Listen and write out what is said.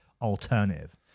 alternative